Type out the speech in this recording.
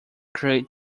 create